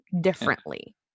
differently